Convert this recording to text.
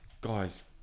guys